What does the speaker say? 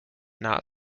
not